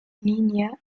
linie